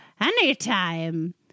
Anytime